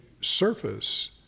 surface